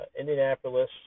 Indianapolis